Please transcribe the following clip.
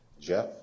Jeff